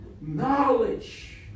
Knowledge